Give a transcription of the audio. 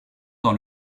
dans